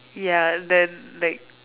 ya then like